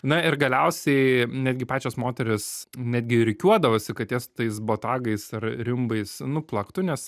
na ir galiausiai netgi pačios moterys netgi rikiuodavosi kad jas su tais botagais ar rimbais nuplaktų nes